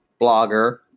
blogger